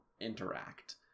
interact